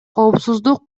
коопсуздук